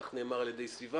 כך נאמר על ידי סיון.